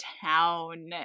town